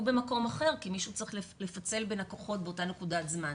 במקום אחר כי מישהו צריך לפצל בין הכוחות באותה נקודת זמן.